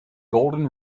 golden